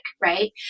right